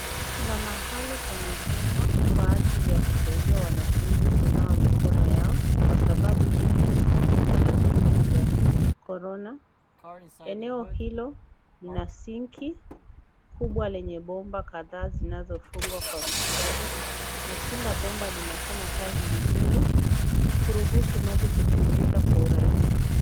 Kuna mahali pamejengwa kwa ajili ya kusaidia wanafunzi kunawa mikono yao ,kwa sababu ili kujikinga na virusi vya korona. Eneo hilo lina sinki kubwa lenye bomba kadhaa zinazofungwa kwa mstari. Na kila bomba linafanya kazi vizuri, kuruhusu maji kutiririka kwa urahisi.